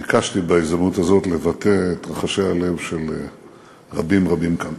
ביקשתי בהזדמנות הזאת לבטא את רחשי הלב של רבים רבים כאן.